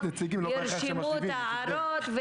ירשמו את ההערות,